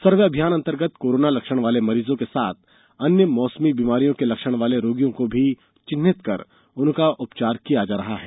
सर्वे अभियान अंतर्गत कोरोना लक्षण वाले मरीजों के साथ अन्य मौसमी बीमारियों के लक्षण वाले रोगियों को भी चिन्हित कर उनका उपचार किया जा रहा है